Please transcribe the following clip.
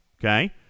Okay